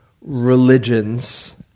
religions